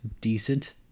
decent